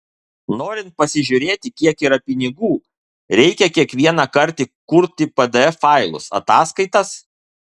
norint pasižiūrėti kiek yra pinigų reikia kiekvieną kartą kurti pdf failus ataskaitas